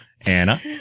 Anna